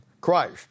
Christ